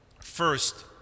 First